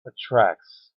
attracts